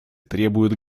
требуют